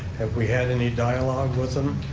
have we had any dialogue with them?